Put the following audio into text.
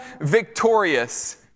victorious